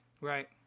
Right